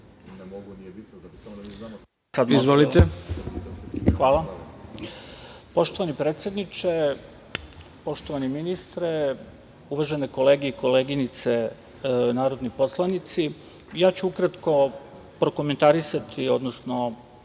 Banđur** Hvala. Poštovani predsedniče, poštovani ministre, uvažene kolege i koleginice narodni poslanici, ja ću ukratko prokomentarisati, odnosno